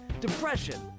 depression